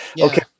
okay